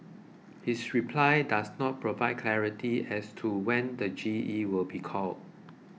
his reply does not provide clarity as to when the G E will be called